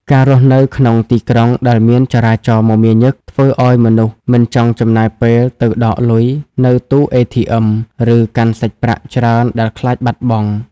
ការរស់នៅក្នុងទីក្រុងដែលមានចរាចរណ៍មមាញឹក ធ្វើឱ្យមនុស្សមិនចង់ចំណាយពេលទៅដកលុយនៅទូ ATM ឬកាន់សាច់ប្រាក់ច្រើនដែលខ្លាចបាត់បង់។